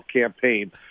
campaign